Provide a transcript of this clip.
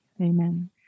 Amen